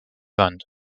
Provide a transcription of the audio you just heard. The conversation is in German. wand